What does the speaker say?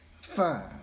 Five